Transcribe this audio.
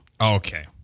Okay